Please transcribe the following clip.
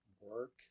work